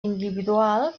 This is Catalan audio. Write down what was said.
individual